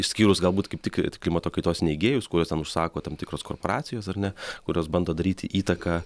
išskyrus galbūt kaip tik it klimato kaitos neigėjus kuriuos ten užsako tam tikros korporacijos ar ne kurios bando daryti įtaką